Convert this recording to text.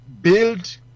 build